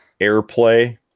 airplay